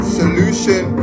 solution